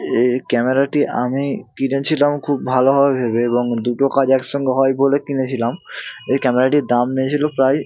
এ ক্যামেরাটি আমি কিনেছিলাম খুব ভালো হবে ভেবে এবং দুটো কাজ একসঙ্গে হয় বলে কিনেছিলাম এই ক্যামেরাটির দাম নিয়েছিলো প্রায়